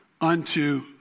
unto